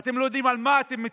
אתם לא יודעים על מה אתם מצביעים,